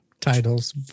titles